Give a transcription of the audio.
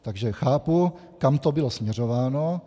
Takže chápu, kam to bylo směřováno.